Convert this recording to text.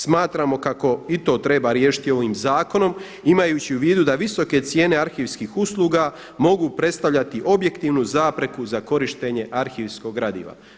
Smatramo kako i to treba riješiti ovim zakonom imajući u vidu da visoke cijene arhivskih usluga mogu predstavljati objektivnu zapreku za korištenje arhivskog gradiva.